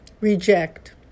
reject